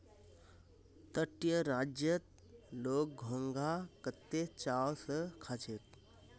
तटीय राज्यत लोग घोंघा कत्ते चाव स खा छेक